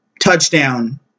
touchdown